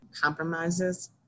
compromises